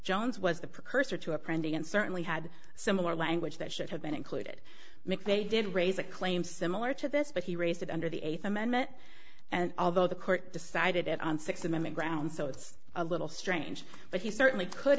jones was the precursor to a printing and certainly had similar language that should have been included mcveigh did raise a claim similar to this but he raised it under the eighth amendment and although the court decided on sixth amendment grounds so it's a little strange but he certainly could